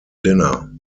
dinner